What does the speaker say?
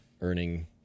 earning